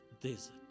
desert